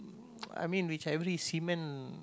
I mean which every seaman